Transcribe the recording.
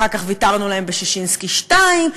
אחר כך ויתרנו להם בששינסקי 2,